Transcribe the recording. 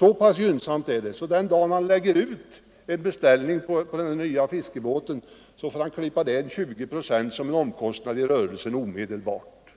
Så pass gynnsamma är bestämmelserna. Den dag fiskaren lägger ut en beställning på den nya fiskebåten får han omedelbart ”klippa av” 20 procent som omkostnad i rörelsen.